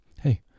Hey